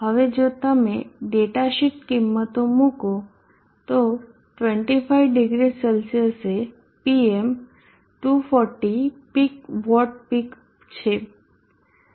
હવે જો તમે ડેટા શીટ કિંમતો મૂકો તો 250 C એ Pm 240 વોટ પીક છે